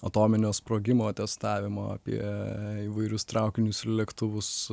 atominio sprogimo testavimo apie įvairius traukinius ir lėktuvus